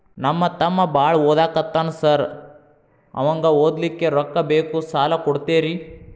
ನಮ್ಮ ತಮ್ಮ ಬಾಳ ಓದಾಕತ್ತನ ಸಾರ್ ಅವಂಗ ಓದ್ಲಿಕ್ಕೆ ರೊಕ್ಕ ಬೇಕು ಸಾಲ ಕೊಡ್ತೇರಿ?